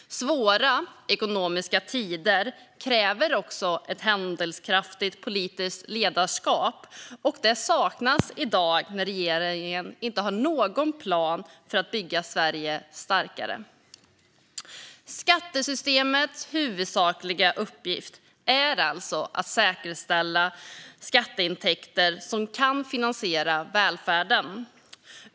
Svåra ekonomiska tider kräver också ett handlingskraftigt politiskt ledarskap, och det saknas i dag när regeringen inte har någon plan för att bygga Sverige starkare. Skattesystemets huvudsakliga uppgift är alltså att säkerställa skatteintäkter som kan finansiera välfärden.